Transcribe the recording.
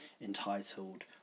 entitled